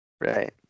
Right